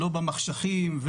לא במחשכים,